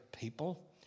people